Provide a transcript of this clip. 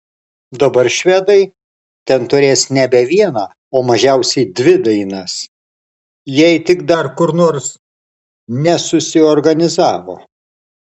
dabar švedai ten turės nebe vieną o mažiausiai dvi dainas jei tik dar kur nors nesusiorganizavo